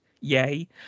yay